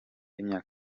imyaka